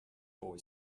boy